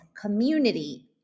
community